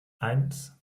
eins